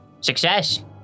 Success